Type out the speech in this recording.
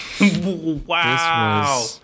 Wow